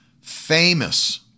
famous